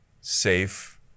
safe